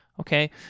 okay